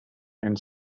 and